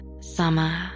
summer